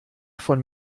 von